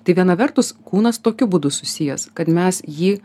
tai viena vertus kūnas tokiu būdu susijęs kad mes jį